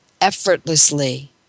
effortlessly